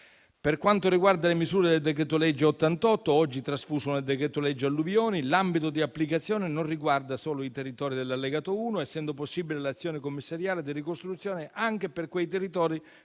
Per quanto riguarda le misure del decreto-legge n. 88, oggi trasfuso nel decreto-legge alluvioni, l'ambito di applicazione non riguarda solo i territori dell'allegato 1, essendo possibile l'azione commissariale di ricostruzione anche per quei territori